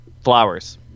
Flowers